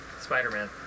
Spider-Man